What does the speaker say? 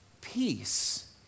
peace